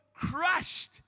crushed